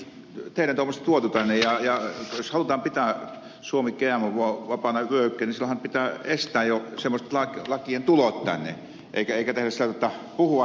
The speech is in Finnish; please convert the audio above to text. teidän toimestanne tuotetaan ne ja jos halutaan pitää suomi gmo vapaana vyöhykkeenä niin silloinhan pitää estää jo semmoisten lakien tulo tänne eikä tehdä sillä tavalla jotta puhuu yhtä ja tekee toista